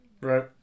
Right